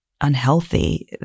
unhealthy